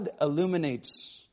illuminates